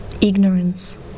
ignorance